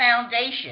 foundation